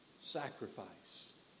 sacrifice